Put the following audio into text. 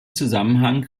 zusammenhang